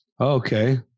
Okay